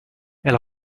elle